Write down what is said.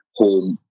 home